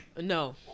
No